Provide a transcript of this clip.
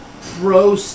pro